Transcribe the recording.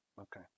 Okay